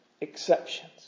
exceptions